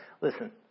Listen